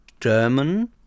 German